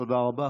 תודה רבה.